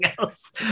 else